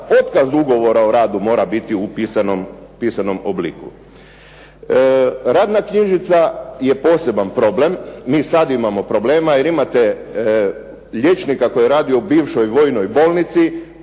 otkaz ugovora o radu mora biti u pisanom obliku. Radna knjižica je poseban problem. Mi sada imamo problema jer imate liječnika koji radi u bivšoj vojnoj bolnici,